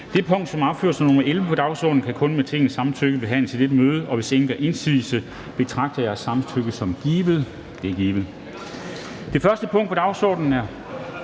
Det punkt, som er opført som nr. 11 på dagsordenen, kan kun med Tingets samtykke behandles i dette møde. Hvis ingen gør indsigelse, betragter jeg samtykket som givet. Det er givet. --- Det første punkt på dagsordenen er: